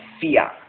Fear